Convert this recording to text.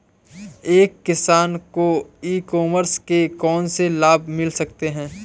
एक किसान को ई कॉमर्स के कौनसे लाभ मिल सकते हैं?